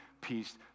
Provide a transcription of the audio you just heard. peace